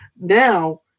Now